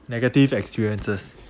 negative experiences